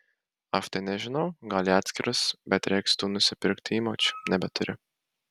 aš tai nežinau gal į atskirus bet reiks tų nusipirkti įmaučių nebeturiu